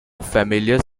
familiar